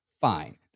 fine